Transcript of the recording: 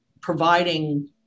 providing